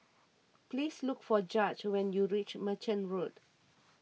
please look for Judge when you reach Merchant Road